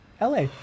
LA